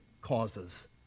causes